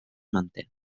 manté